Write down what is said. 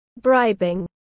bribing